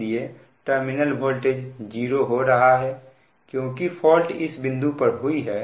इसलिए terminal voltage 0 हो रहा है क्योंकि फॉल्ट इस बिंदु पर हुई है